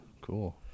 cool